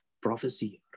prophecy